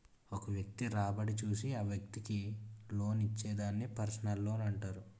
ఒక వ్యక్తి రాబడి చూసి ఆ వ్యక్తికి లోన్ ఇస్తే దాన్ని పర్సనల్ లోనంటారు